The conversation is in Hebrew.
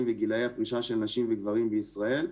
וגילאי הפרישה של נשים וגברים בישראל.